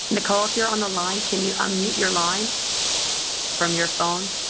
nicole, if you're on the line, can you unmute your line from your phone?